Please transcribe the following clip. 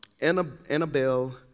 Annabelle